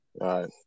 Right